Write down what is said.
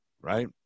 right